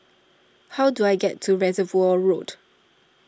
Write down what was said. how do I get to Reservoir Road